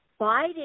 Biden